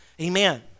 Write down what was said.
Amen